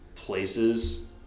places